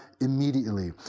immediately